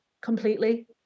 completely